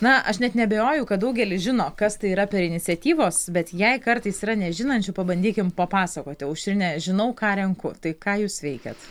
na aš net neabejoju kad daugelis žino kas tai yra per iniciatyvos bet jei kartais yra nežinančių pabandykim papasakoti aušrine žinau ką renku tai ką jūs veikiat